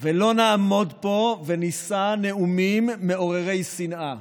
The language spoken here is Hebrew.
ולא נעמוד פה ונישא נאומים מעוררי שנאה,